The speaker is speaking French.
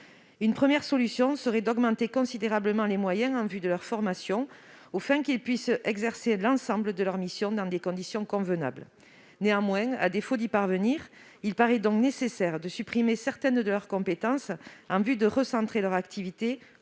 Une première solution serait d'augmenter considérablement les moyens consacrés à leur formation, afin qu'ils puissent exercer l'ensemble de leurs missions dans des conditions convenables. Néanmoins, à défaut d'y parvenir, il nous paraît nécessaire de supprimer certaines de leurs compétences et de recentrer exclusivement